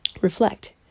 Reflect